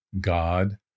God